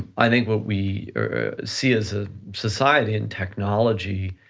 i think what we see as a society in technology,